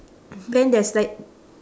then there's like